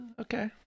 Okay